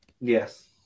Yes